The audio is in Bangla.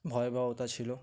ভয়াবহতা ছিল